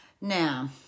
Now